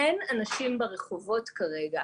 אין אנשים ברחובות כרגע.